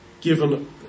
given